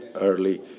early